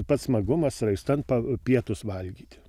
pats smagumas raistan pa pietus valgyti